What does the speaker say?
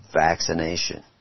vaccination